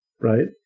right